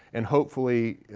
and hopefully,